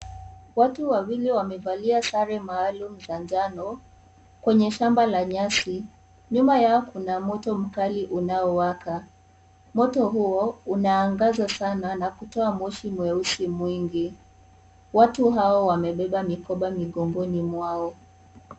Watu wawili wamevalia sare maalum za njano kwenye shamba la nyasi, nyuma yao kuna moto mkali unaowaka, moto huo unaangaza sana na kutoa moshi mweusi mwingi, watu hawa wamebeba mikoba migongoni mwao.